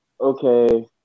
okay